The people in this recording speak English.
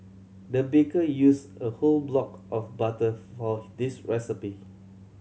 the baker used a whole block of butter for this recipe